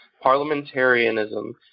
Parliamentarianism